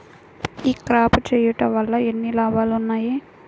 ఈ క్రాప చేయుట వల్ల ఎన్ని లాభాలు ఉన్నాయి?